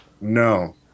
No